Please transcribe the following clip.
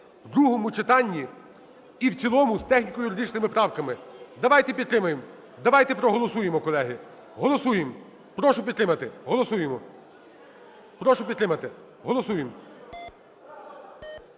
в другому читанні і в цілому з техніко-юридичними правками. Давайте підтримаємо, давайте проголосуємо, колеги! Голосуємо. Прошу підтримати. Голосуємо, прошу підтримати. Голосуємо.